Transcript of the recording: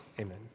Amen